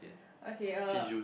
okay uh